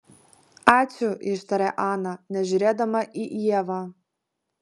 ačiū ištarė ana nežiūrėdama į ievą